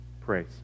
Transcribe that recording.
praise